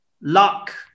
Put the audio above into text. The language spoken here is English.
luck